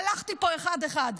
הלכתי פה אחד-אחד.